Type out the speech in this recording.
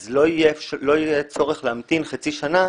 אז לא יהיה צורך להמתין חצי שנה,